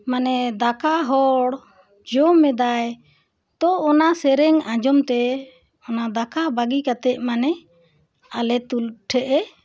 ᱢᱟᱱᱮ ᱫᱟᱠᱟ ᱦᱚᱲ ᱡᱚᱢ ᱮᱫᱟᱭ ᱛᱚ ᱚᱱᱟ ᱥᱮᱨᱮᱧ ᱟᱸᱡᱚᱢ ᱛᱮ ᱚᱱᱟ ᱫᱟᱠᱟ ᱵᱟᱹᱜᱤ ᱠᱟᱛᱮᱫ ᱢᱟᱱᱮ ᱟᱞᱮ ᱛᱩᱞ ᱴᱷᱮᱱᱮ